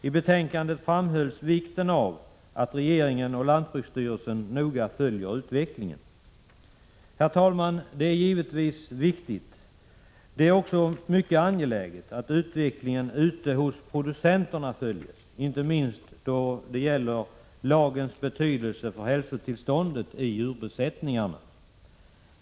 I betänkandet framhölls vikten av att regeringen och lantbruksstyrelsen noga följer utvecklingen. Herr talman! Detta är givetvis viktigt. Det är också mycket angeläget att utvecklingen ute hos producenterna följs, inte minst då det gäller lagens betydelse för hälsotillståndet i djurbesättningarna.